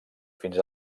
fins